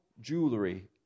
jewelry